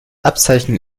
abzeichen